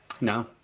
No